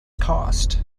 cost